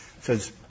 Says